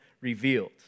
revealed